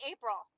April